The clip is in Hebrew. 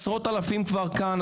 עשרות אלפים כבר כאן,